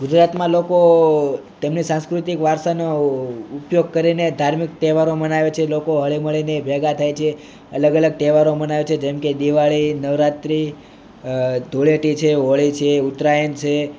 ગુજરાતમાં લોકો તેમની સાંસ્કૃતિક વારસાનો ઉપયોગ કરીને ધાર્મિક તહેવારો મનાવે છે લોકો હળીમળીને ભેગા થાય છે અલગ અલગ તહેવારોમાં મનાવે છે જેમ કે દિવાળી નવરાત્રી ધુળેટી છે હોળી છે ઉતરાયણ છે